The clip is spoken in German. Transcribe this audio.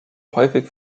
häufig